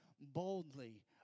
boldly